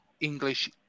English